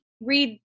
read